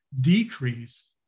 decrease